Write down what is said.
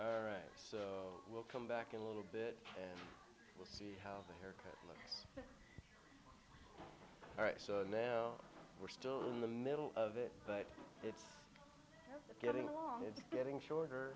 all right so we'll come back a little bit and we'll see how the haircut all right so now we're still in the middle of it but it's getting along it's getting shorter